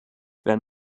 wenn